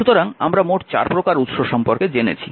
সুতরাং আমরা মোট চার প্রকার উৎস সম্পর্কে জেনেছি